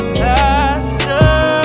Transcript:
faster